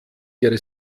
ihre